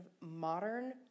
modern